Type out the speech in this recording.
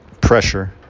pressure